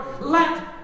let